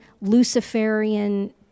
Luciferian